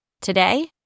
today